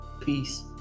peace